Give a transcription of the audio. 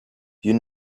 you